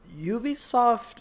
Ubisoft